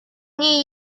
niej